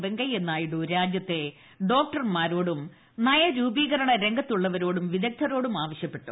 വെങ്കയ്യനായിഡു രാജ്യത്തെ ഡോക്ടർമാരോടും നയരൂപീകരണ രംഗത്തുള്ളവരോടും പ്പിദഗ്ധരോടും ആവശ്യപ്പെട്ടു